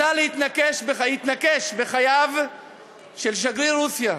התנקש בחייו של שגריר רוסיה.